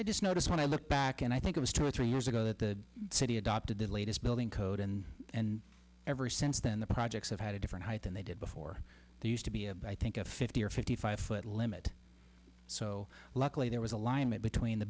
i just noticed when i look back and i think it was two or three years ago that the city adopted the latest building code and and ever since then the projects have had a different height than they did before they used to be about i think a fifty or fifty five foot limit so luckily there was alignment between the